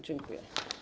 Dziękuję.